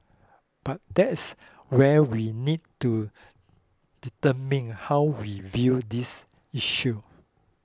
but that's where we need to determine how we view these issues